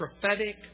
prophetic